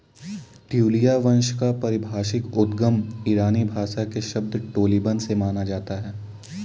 ट्यूलिया वंश का पारिभाषिक उद्गम ईरानी भाषा के शब्द टोलिबन से माना जाता है